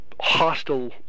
hostile